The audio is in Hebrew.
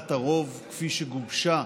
דעת הרוב כפי שגובשה